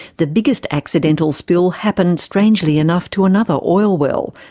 the biggest accidental spill happened strangely enough, to another oil well,